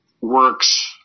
works